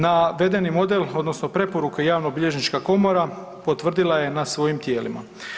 Navedeni model odnosno preporuka javnobilježnička komora potvrdila je na svojim tijelima.